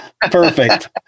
Perfect